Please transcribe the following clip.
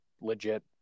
legit